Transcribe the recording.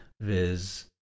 viz